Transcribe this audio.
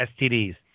STDs